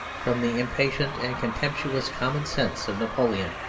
from the impatient and contemptuous common sense of napoleon.